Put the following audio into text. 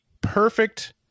perfect